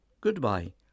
Goodbye